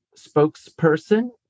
spokesperson